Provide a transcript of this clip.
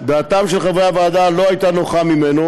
דעתם של חברי הוועדה לא הייתה נוחה ממנו.